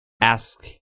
ask